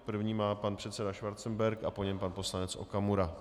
První má pan předseda Schwarzenberg a po něm pan poslanec Okamura.